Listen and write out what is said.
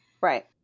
Right